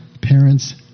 parents